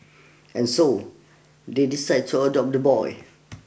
and so they decide to adopt the boy